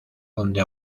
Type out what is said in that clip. donde